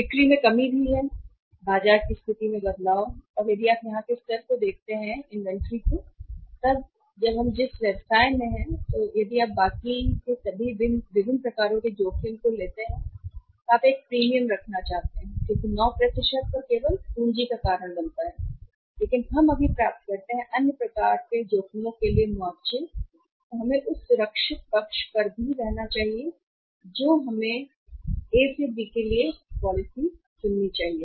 बिक्री में कमी भी है बाजार की स्थिति में बदलाव और यदि आप यहां के स्तर को देखते हैं इन्वेंट्री यह तब भी है जब हम व्यवसाय में हैं यदि आप बाकी के विभिन्न प्रकारों को लेते हैं जोखिम के लिए एक प्रीमियम रखना चाहते हैं क्योंकि 9 पर केवल पूंजी का कारण बनता है लेकिन हम अभी प्राप्त करते हैं अन्य प्रकार के जोखिमों के लिए मुआवजे का उपयोग हमें उस सुरक्षित पक्ष पर भी करना चाहिए जो हमें करना चाहिए A से B के लिए पॉलिसी चुनें